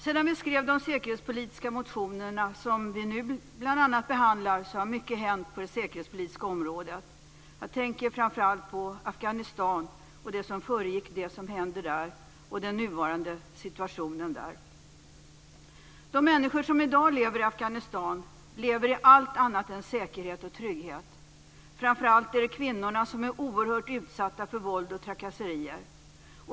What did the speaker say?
Sedan vi skrev de säkerhetspolitiska motionerna, som vi nu bl.a. behandlar, har mycket hänt på det säkerhetspolitiska området. Jag tänker framför allt på Afghanistan och det som föregick det som händer där och den nuvarande situationen där. De människor som i dag lever i Afghanistan lever i allt annat än säkerhet och trygghet. Framför allt är det kvinnorna som är oerhört utsatta för våld och trakasserier.